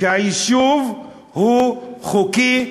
שהיישוב הוא חוקי,